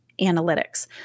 analytics